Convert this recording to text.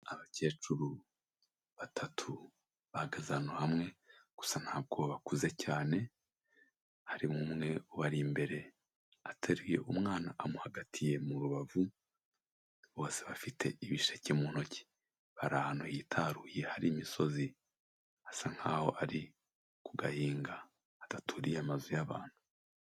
Abakecuru batatu bahagaze ahantu hamwe gusa ntabwo bakuze cyane, harimo umwe ubari imbere ateruye umwana amuhagatiye mu rubavu, bose bafite ibisheke mu ntoki, bari ahantu hitaruye hari imisozi, hasa nk'aho ari ku gahinga hadaturiye amazu y'abantu.